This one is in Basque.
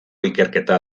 ikerketa